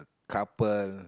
couple